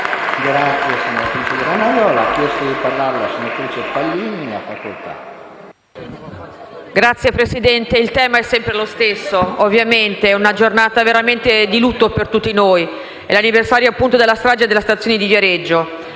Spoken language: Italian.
*(M5S)*. Signor Presidente, il tema è sempre lo stesso. Ovviamente è una giornata di lutto per tutti noi. È l'anniversario della strage della stazione di Viareggio,